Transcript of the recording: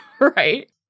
right